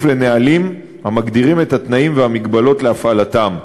לנהלים המגדירים את התנאים והמגבלות להפעלתם.